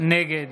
נגד